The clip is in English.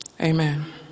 amen